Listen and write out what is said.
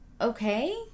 okay